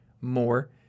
more